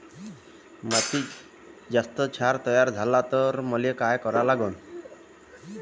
मातीत जास्त क्षार तयार झाला तर काय करा लागन?